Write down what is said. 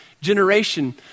generation